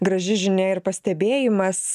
graži žinia ir pastebėjimas